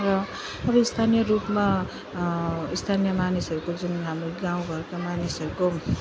र अब स्थानीय रूपमा स्थानीय मानिसहरूको जुन हाम्रो गाउँघरका मानिसहरूको